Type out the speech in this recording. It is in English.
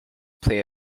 play